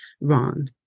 wrong